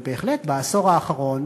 אבל בהחלט בעשור האחרון